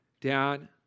dad